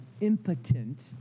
impotent